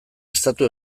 estatu